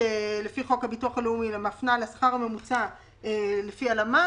לפי חוק הביטוח הלאומי אלא מפנה לשכר ממוצע לפי הלמ"ס,